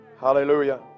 Hallelujah